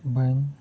ᱵᱟᱹᱧ